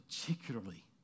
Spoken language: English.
particularly